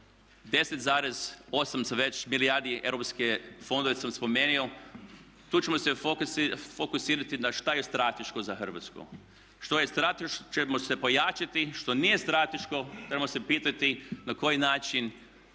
već milijardi europskih fondova sam spomenuo. Tu ćemo se fokusirati na što je strateško za Hrvatsku. Što je strateško ćemo se pojačati, što nije strateško trebamo se pitati na koji način